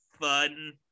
fun